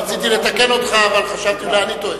רציתי לתקן אותך, אבל חשבתי: אולי אני טועה.